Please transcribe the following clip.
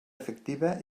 efectiva